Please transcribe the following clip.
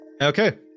Okay